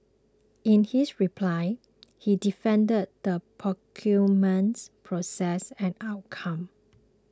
in his reply he defended the procurement process and outcome